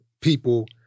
people